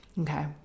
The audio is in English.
Okay